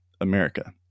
America